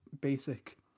basic